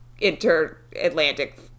inter-Atlantic